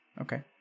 Okay